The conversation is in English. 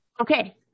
Okay